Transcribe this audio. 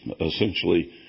essentially